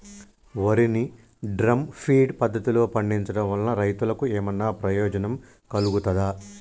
వరి ని drum feed పద్ధతిలో పండించడం వల్ల రైతులకు ఏమన్నా ప్రయోజనం కలుగుతదా?